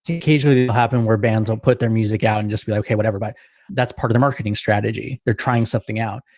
occasionally will happen where bands will put their music out and just be like, okay, whatever, but that's part of the marketing strategy. they're trying something out.